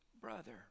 brother